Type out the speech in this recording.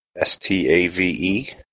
S-T-A-V-E